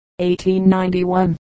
1891